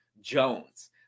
Jones